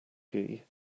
key